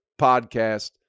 podcast